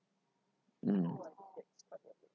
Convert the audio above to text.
mm